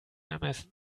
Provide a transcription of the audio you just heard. ermessen